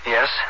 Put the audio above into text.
Yes